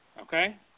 Okay